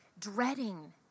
dreading